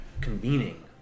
Convening